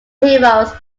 heroes